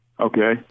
okay